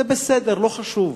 זה בסדר, לא חשוב.